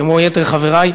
כמו יתר חברי: